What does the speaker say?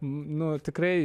nu tikrai